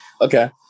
Okay